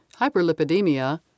hyperlipidemia